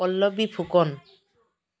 Pallavi Phukan